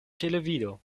televido